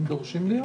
הם דורשים להיות?